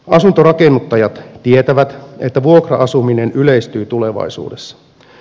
asuntorakennuttajat tietävät että vuokra asuminen yleistyy tulevaisuudessa